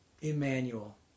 Emmanuel